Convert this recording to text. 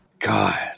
god